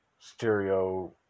stereo